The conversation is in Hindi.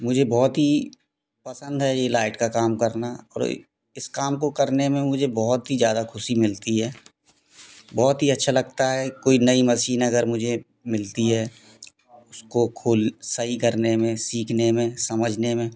मुझे बहोत ही पसंद है ये लाइट का काम करना और इस काम को करने में मुझे बहोत ही ज्यादा खुशी मिलती है बहोत ही अच्छा लगता है कोई नई मशीन अगर मुझे मिलती है उसको खोल सही करने में सीखने में समझने में